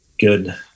good